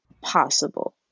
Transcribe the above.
possible